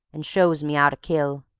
and show me ow to kill.